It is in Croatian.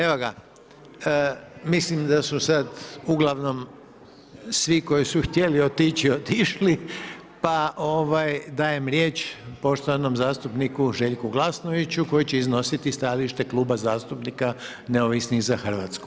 Evo ga, mislim da su sad, uglavnom svi koji su htjeli otići, otišli, pa, ovaj, dajem riječ poštovanom zastupniku Željku Glasnoviću koji će iznositi stajalište kluba zastupnika neovisnih za RH.